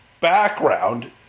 Background